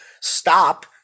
stop